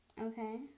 okay